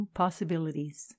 possibilities